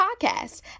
podcast